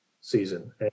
season